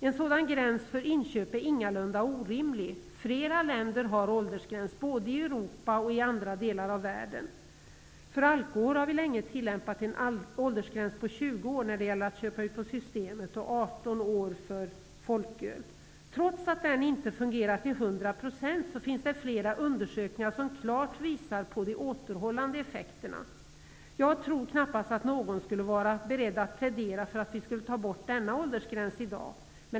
En sådan gräns för inköp är ingalunda orimlig. Flera länder har åldersgräns både i Europa och i andra delar av världen. För inköp av alkohol på systemet har vi länge tillämpat en åldersgräns på 20 år och 18 år när det gäller inköp av folköl. Trots att den inte fungerar till 100 %, finns det flera undersökningar som klart visar på de återhållande effekterna. Jag tror knappast någon skulle vara beredd att plädera för att vi skulle ta bort denna åldersgräns i dag.